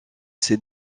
ses